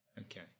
Okay